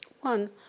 one